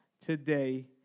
today